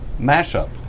mashup